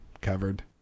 covered